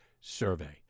survey